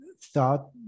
thought